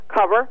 cover